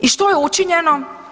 I što je učinjeno?